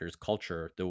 culture